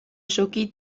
osoki